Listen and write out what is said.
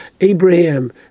Abraham